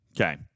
Okay